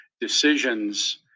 decisions